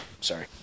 Sorry